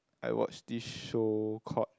I watched this show called